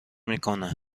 میکنه